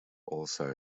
also